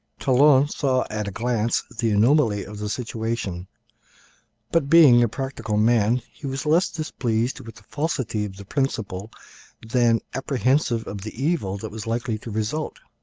talon saw at a glance the anomaly of the situation but, being a practical man, he was less displeased with the falsity of the principle than apprehensive of the evil that was likely to result.